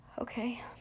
Okay